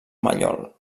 mallol